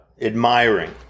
admiring